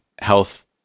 health